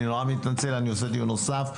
אני מתנצל, אני אעשה דיון נוסף.